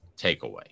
takeaway